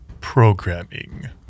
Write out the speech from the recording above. Programming